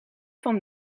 van